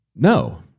no